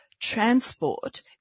transport